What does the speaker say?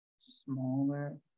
smaller